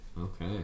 Okay